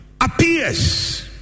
appears